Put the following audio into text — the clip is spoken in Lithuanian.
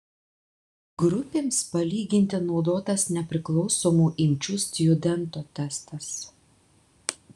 grupėms palyginti naudotas nepriklausomų imčių stjudento testas